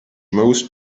most